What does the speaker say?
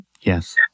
Yes